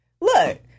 Look